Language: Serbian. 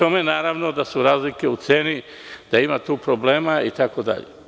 Normalno je da su razlike u ceni, da ima tu problema itd.